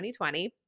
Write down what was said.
2020